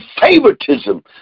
favoritism